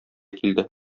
килде